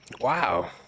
wow